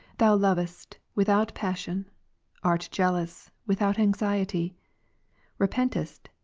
thou lovest, without passion art jealous, without anxiety repentest,